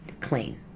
clean